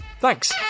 Thanks